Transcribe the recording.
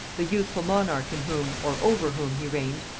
the youthful monarch in whom, or over whom, he reigned,